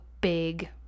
big